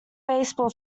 baseball